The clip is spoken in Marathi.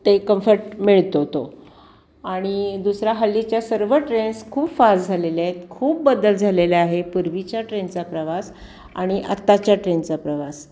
ते कम्फर्ट मिळतो तो आणि दुसरा हल्लीच्या सर्व ट्रेन्स खूप फास्ट झालेल्या आहेत खूप बदल झालेल्या आहे पूर्वीच्या ट्रेन चा प्रवास आणि आत्ताच्या ट्रेनचा प्रवास